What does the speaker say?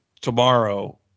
Tomorrow